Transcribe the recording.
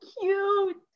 cute